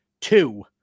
Two